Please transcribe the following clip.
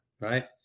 Right